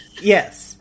Yes